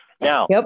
now